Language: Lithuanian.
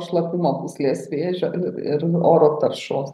šlapimo pūslės vėžio ir oro taršos